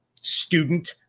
student